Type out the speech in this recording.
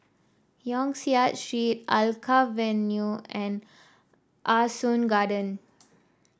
Yong Siak Street Alkaff Avenue and Ah Soo Garden